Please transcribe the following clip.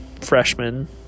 freshman